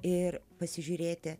ir pasižiūrėti